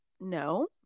no